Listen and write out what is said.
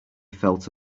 felt